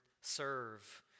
serve